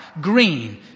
green